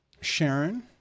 Sharon